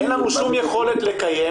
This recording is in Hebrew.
אין לנו שום יכולת לקיים